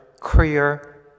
career